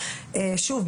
שוב,